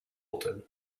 bolted